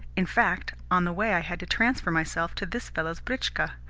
in fact, on the way i had to transfer myself to this fellow's britchka.